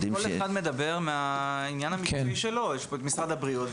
כל אחד מדבר מהצד המקצועי שלו משרד הבריאות,